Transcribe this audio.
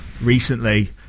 recently